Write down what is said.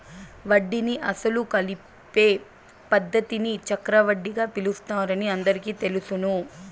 వడ్డీని అసలు కలిపే పద్ధతిని చక్రవడ్డీగా పిలుస్తారని అందరికీ తెలుసును